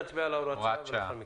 הצבעה הוראת השעה אושרה.